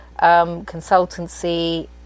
consultancy